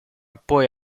poi